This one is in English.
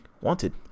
wanted